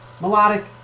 melodic